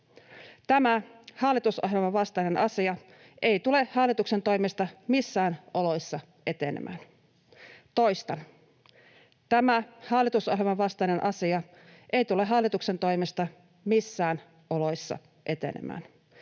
Tämä hallitusohjelman vastainen asia ei tule hallituksen toimesta missään oloissa etenemään. Toistan: tämä hallitusohjelman vastainen asia ei tule hallituksen toimesta missään oloissa etenemään.